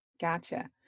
Gotcha